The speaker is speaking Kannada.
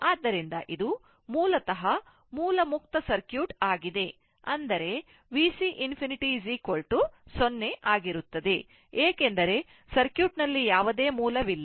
ಆದ್ದರಿಂದ ಇದು ಮೂಲತಃ ಮೂಲ ಮುಕ್ತ ಸರ್ಕ್ಯೂಟ್ ಆಗಿದೆ ಅಂದರೆ VC ∞ 0 ಆಗಿರುತ್ತದೆ ಏಕೆಂದರೆ ಸರ್ಕ್ಯೂಟ್ನಲ್ಲಿ ಯಾವುದೇ ಮೂಲವಿಲ್ಲ